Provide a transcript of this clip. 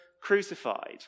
crucified